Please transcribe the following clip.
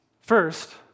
First